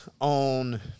on